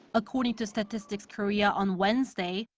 according to statistics korea on wednesday,